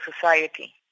society